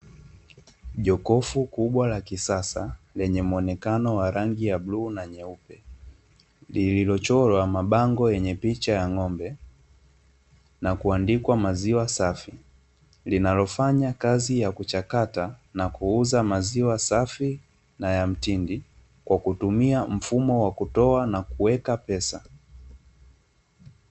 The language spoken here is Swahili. Jokofu kubwa la kisasa, lenye mwonekano wa rangi ya bluu na nyeupe. Lililochorwa mabango yenye picha ya ng`ombe, na kuandikwa "maziwa safi". Linalofanya kazi ya kuchakata na kuuza maziwa safi na ya mtindi, kwa kutumia mfumo wa kutoa na kuweka pesa.